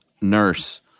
nurse